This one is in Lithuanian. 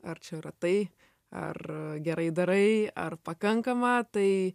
ar čia yra tai ar gerai darai ar pakankama tai